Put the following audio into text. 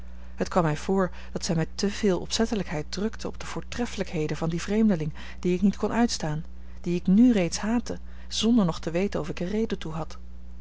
het kwam mij voor dat zij met te veel opzettelijkheid drukte op de voortreffelijkheden van dien vreemdeling dien ik niet kon uitstaan dien ik nu reeds haatte zonder nog te weten of ik er reden toe had